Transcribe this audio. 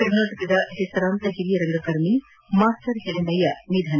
ಕರ್ನಾಟಕ ಹೆಸರಾಂತ ಹಿರಿಯ ರಂಗಕರ್ಮಿ ಮಾಸ್ಪರ್ ಹಿರಣ್ನಯ್ಯ ನಿಧನ